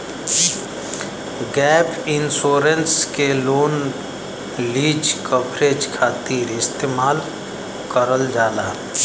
gap insurance के loan lease coverage खातिर इस्तेमाल करल जाला